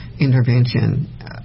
Intervention